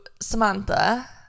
Samantha